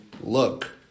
look